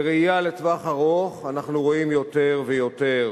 בראייה לטווח ארוך אנחנו רואים יותר ויותר